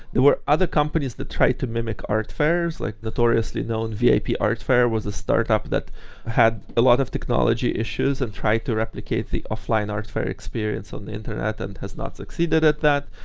there were other companies that try to mimic art fairs, like notoriously known vip yeah art fair was a startup that had a lot of technology issues and tried to replicate the offline art fair experience on the internet and has not succeeded at that.